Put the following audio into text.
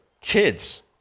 kids